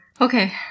Okay